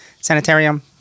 sanitarium